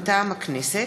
מטעם הכנסת: